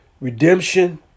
redemption